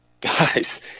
Guys